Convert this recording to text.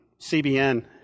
CBN